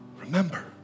Remember